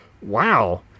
wow